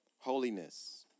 Holiness